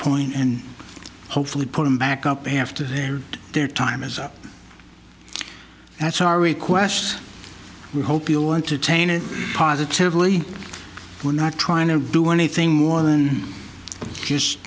point and hopefully put them back up after their their time is up that's our request we hope you'll want to taint it positively we're not trying to do anything more than just